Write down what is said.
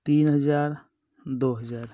तीन हज़ार दो हज़ार